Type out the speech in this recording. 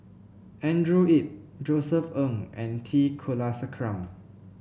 Andrew Yip Josef Ng and T Kulasekaram